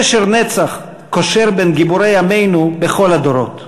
קשר נצח קושר בין גיבורי עמנו בכל הדורות.